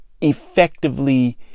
effectively